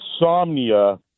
insomnia